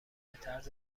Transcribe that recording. بطرز